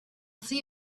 see